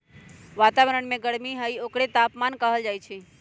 वतावरन में जे गरमी हई ओकरे तापमान कहल जाई छई